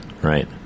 Right